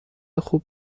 خوب